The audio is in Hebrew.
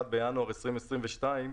1 בינואר 2022,